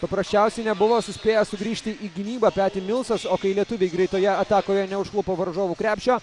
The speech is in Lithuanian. paprasčiausiai nebuvo suspėjęs sugrįžti į gynybą peti milsas o kai lietuviai greitoje atakoje neužklupo varžovų krepšio